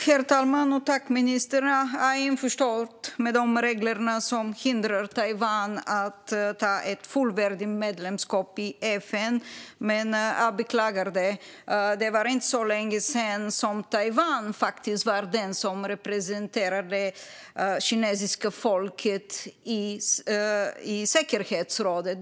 Herr talman! Jag är införstådd med de regler som hindrar Taiwan från ett fullvärdigt medlemskap i FN, men jag beklagar det. Det var inte så länge sedan Taiwan faktiskt var den som representerade det kinesiska folket i säkerhetsrådet.